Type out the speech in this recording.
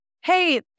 Hey